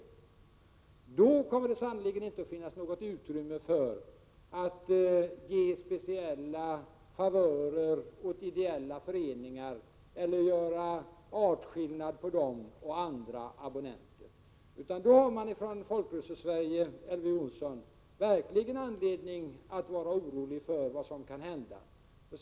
Då kommer det sannerligen inte att finnas något utrymme för att ge speciella favörer åt ideella föreningar eller göra en artskillnad mellan dem och andra abonnenter. Då har Folkrörelsesverige verkligen anledning att vara oroligt för vad som kan hända, Elver Jonsson.